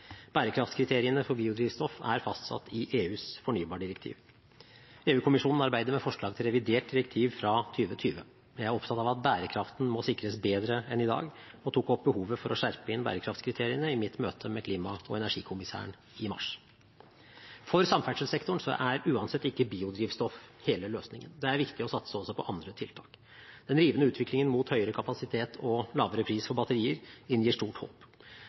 for biodrivstoff er fastsatt i EUs fornybardirektiv. EU-kommisjonen arbeider med forslag til revidert direktiv fra 2020. Jeg er opptatt av at bærekraften må sikres bedre enn i dag, og tok opp behovet for å skjerpe inn bærekraftskriteriene i mitt møte med klima- og energikommissæren i mars. For samferdselssektoren er uansett ikke biodrivstoff hele løsningen. Det er viktig å satse også på andre tiltak. Den rivende utviklingen mot høyere kapasitet og lavere pris for batterier inngir stort håp.